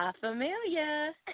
Familia